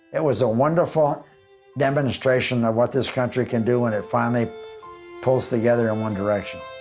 it was a wonderful demonstration of what this country can do when it finally pulls together in one direction.